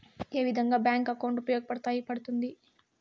ఏ విధంగా bank account ఉపయోగపడతాయి పడ్తుంది